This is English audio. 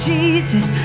Jesus